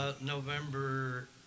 November